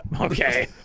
Okay